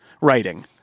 writing